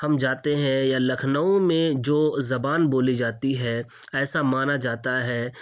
ہم جاتے ہیں یا لكھنؤ میں جو زبان بولی جاتی ہے ایسا مانا جاتا ہے